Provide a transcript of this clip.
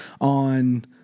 on